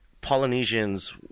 Polynesians